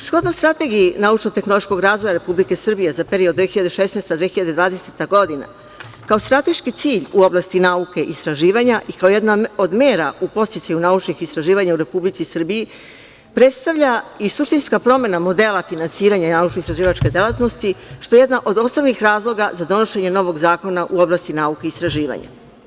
Shodno strategiji naučno-tehnološkog razvoja Republike Srbije za period 2016. do 2020. godine, kao strateški cilj u oblasti nauke istraživanja i kao jedna od mera u podsticaju naučnih istraživanja u Republici Srbiji predstavlja i suštinska promena modela finansiranja naučno-istraživačke delatnosti, što je jedan od osnovnih razloga za donošenje novog zakona u oblasti nauke i istraživanja.